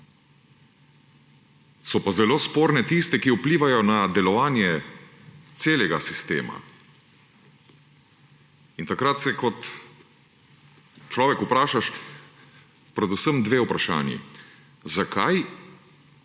so pa zelo sporne tiste, ki vplivajo na delovanje celega sistema. In takrat se kot človek vprašaš predvsem dve vprašanji – zakaj